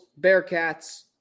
Bearcats